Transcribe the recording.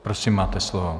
Prosím, máte slovo.